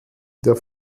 der